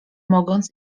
mogąc